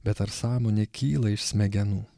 bet ar sąmonė kyla iš smegenų